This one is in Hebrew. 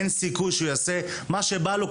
אין סיכוי שהוא יעשה מה שבא לו.